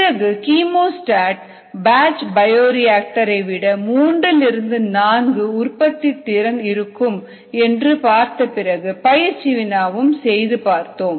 பிறகு chemostat batch bioreactor ஐ விட 3 4 உற்பத்தித் திறன் இருக்கும் என்று பார்த்து பிறகு பயிற்சி வினாவும் செய்து பார்த்தோம்